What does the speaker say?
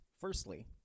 Firstly